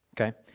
Okay